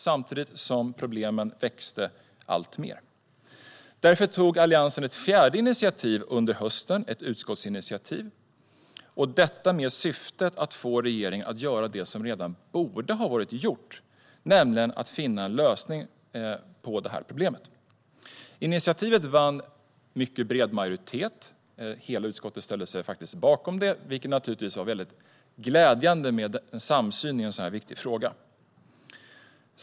Samtidigt växte problemen alltmer. Därför tog Alliansen ett fjärde initiativ under hösten, ett utskottsinitiativ, i syfte att få regeringen att göra det som redan borde ha varit gjort, nämligen att finna en lösning på problemet. Initiativet vann mycket bred majoritet. Hela utskottet ställde sig faktiskt bakom det, och det var naturligtvis väldigt glädjande med samsyn i en så här viktig fråga.